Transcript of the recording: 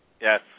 Yes